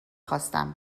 خواستم